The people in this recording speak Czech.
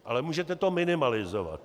Ale můžete to minimalizovat.